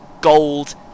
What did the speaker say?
Gold